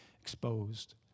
Exposed